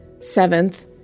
Seventh